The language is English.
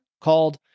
called